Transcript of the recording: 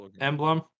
emblem